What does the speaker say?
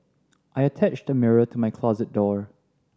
I attached the mirror to my closet door